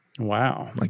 Wow